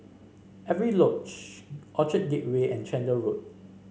Avery Lodge Orchard Gateway and Chander Road